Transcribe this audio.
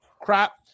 crap